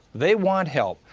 they want help.